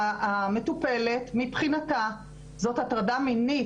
המטפלת מבחינתה זאת הטרדה מינית.